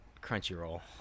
Crunchyroll